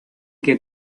que